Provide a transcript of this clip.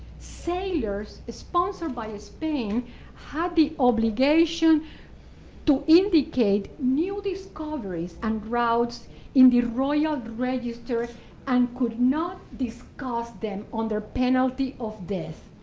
sailors sponsored by spain had the obligation to indicate new discoveries and routes in the royal register and could not discuss them under penalty of death.